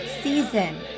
season